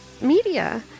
media